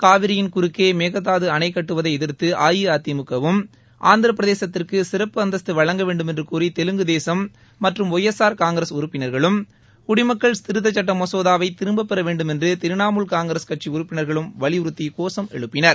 காவிரியின் குறுக்கே மேகதாது அணை கட்டுவதை எதிர்த்து அஇஅதிமுக வும் ஆந்திர பிரதேசத்திற்கு சிறப்பு அந்தஸ்து வழங்க வேண்டுமென்று கோரி தெலுங்கு தேசம் மற்றும் ஒய் எஸ் ஆர் காங்கிரஸ் உறுப்பினா்களும் குடிமக்கள் திருத்த சட்ட மசோதாவை திரும்பப்பெற வேண்டுமென்று திரிணமூல் காங்கிரஸ் உறுப்பினர்களும் வலியறுத்தி கோஷம் எழுப்பினர்